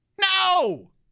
No